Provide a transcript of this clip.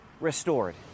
Restored